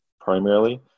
primarily